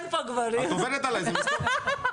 בדיוק הגעתי לנקודה בהמשך למה שאמרת בסיום דברייך.